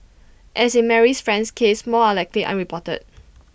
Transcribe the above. as in Marie's friend's case more are likely unreported